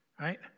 Right